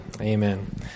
Amen